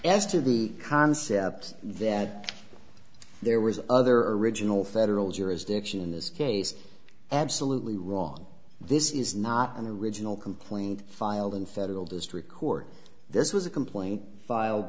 to the concept that there was other original federal jurisdiction in this case absolutely wrong this is not in the original complaint filed in federal district court this was a complaint filed